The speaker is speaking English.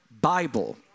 Bible